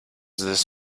this